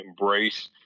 embrace